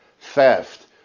theft